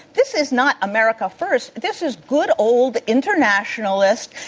this is not america first. this is good old internationalist